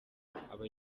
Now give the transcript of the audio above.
aba